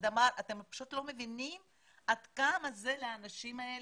אתם פשוט לא מבינים עד כמה זה חשוב לאנשים האלה.